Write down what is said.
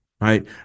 right